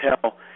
tell